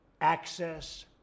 access